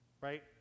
Right